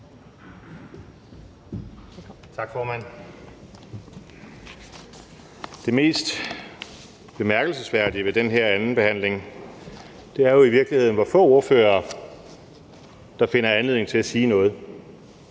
Det mest bemærkelsesværdige ved den her andenbehandling er jo i virkeligheden, hvor få ordførere der finder anledning til at sige noget.